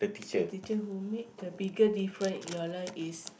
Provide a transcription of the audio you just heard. the teacher who make the bigger difference in your life is